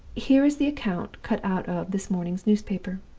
here is the account cut out of this morning's newspaper